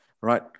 Right